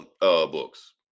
books